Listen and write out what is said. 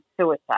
suicide